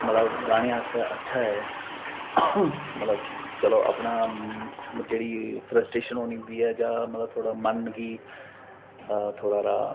मतलब गाने आस्तै अच्छा ऐ मतलब चलो अपना जेह्ड़ी फ्रस्ट्रेशन होंदी ऐ जां थोह्ड़ा मन गी थोह्ड़ा हारा